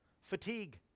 fatigue